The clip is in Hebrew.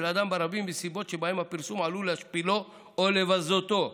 אדם ברבים בנסיבות שבהן הפרסום עלול להשפילו או לבזותו".